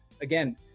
Again